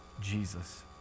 Jesus